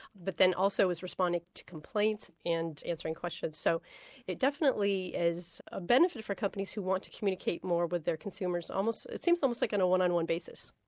but then also was responding to complaints and answering questions. so it definitely is a benefit for companies who want to communicate more with their consumers it seems almost like on a one-on-one basis.